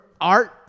Art